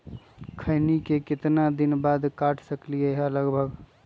खैनी को कितना दिन बाद काट सकलिये है लगभग?